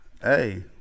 Hey